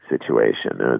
situation